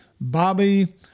Bobby